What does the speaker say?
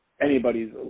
anybody's